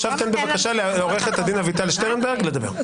עכשיו תן בבקשה לעו"ד אביטל שטרנברג לדבר.